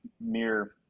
mere